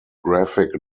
graphic